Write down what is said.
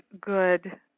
good